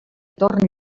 torn